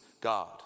God